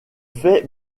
fais